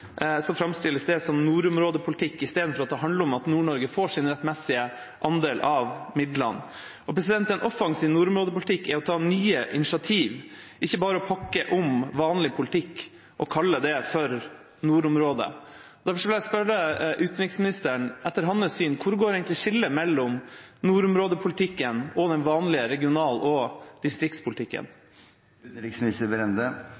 framstilles det som nordområdepolitikk, i stedet for at det handler om at Nord-Norge får sin rettmessige andel av midlene. En offensiv nordområdepolitikk er å ta nye initiativ. Det er ikke bare å pakke om vanlig politikk og kalle den nordområdepolitikk. Derfor vil jeg spørre utenriksministeren: Hvor går etter hans syn egentlig skillet mellom nordområdepolitikken og den vanlige regional- og